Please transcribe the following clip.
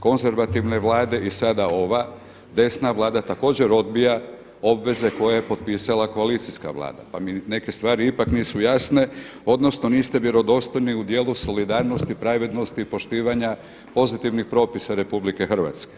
Konzervativne vlade i sada ova desna Vlada također odbija obveze koje je potpisala koalicijska Vlada, pa mi neke stvari ipak nisu jasne, odnosno niste vjerodostojni u djelu solidarnosti, pravednosti i poštivanja pozitivnih propisa Republike Hrvatske.